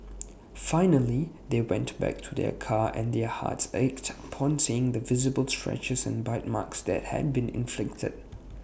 finally they went back to their car and their hearts ached upon seeing the visible scratches and bite marks that had been inflicted